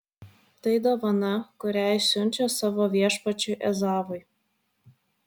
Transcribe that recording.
tai dovana kurią jis siunčia savo viešpačiui ezavui